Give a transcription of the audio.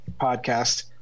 podcast